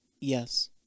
Yes